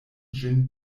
ĝin